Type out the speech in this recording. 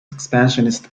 expansionist